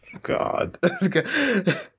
God